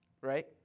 Right